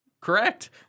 Correct